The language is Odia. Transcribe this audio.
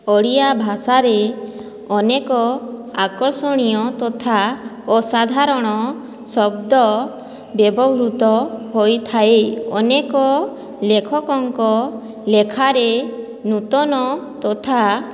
ଓଡ଼ିଆ ଭାଷାରେ ଅନେକ ଆକର୍ଷଣୀୟ ତଥା ଓ ସାଧାରଣ ଶବ୍ଦ ବ୍ୟବହୃତ ହୋଇଥାଏ ଅନେକ ଲେଖକଙ୍କ ଲେଖାରେ ନୂତନ ତଥା